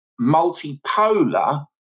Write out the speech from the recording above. Multipolar